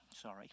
sorry